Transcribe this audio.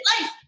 Life